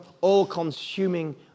all-consuming